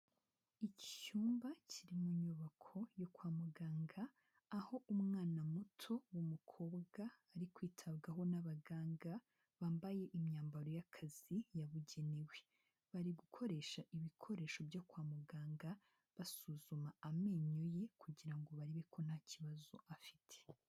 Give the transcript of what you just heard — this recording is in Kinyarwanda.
Icyumba kiri mu nyubako yo kwa muganga, aho umwana muto w'umukobwa ari kwitabwaho n'abaganga, bambaye imyambaro y'akazi yabugenewe. Bari gukoresha ibikoresho byo kwa muganga basuzuma amenyo ye kugira ngo barebe ko nta kibazo afite.